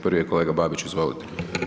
Prvi je kolega Babić, izvolite.